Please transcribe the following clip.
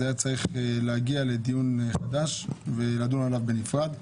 זה היה צריך להגיע לדיון חדש ולדון עליו בנפרד.